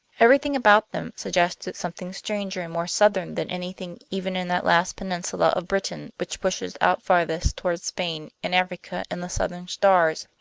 everything about them suggested something stranger and more southern than anything even in that last peninsula of britain which pushes out farthest toward spain and africa and the southern stars.